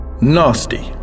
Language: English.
Nasty